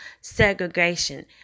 segregation